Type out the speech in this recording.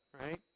right